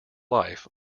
life